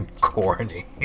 corny